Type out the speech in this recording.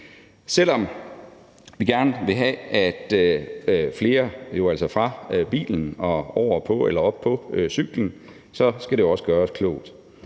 Selv om vi gerne vil have, at flere stiger ud af bilen og op på cyklen, så skal det også gøres klogt.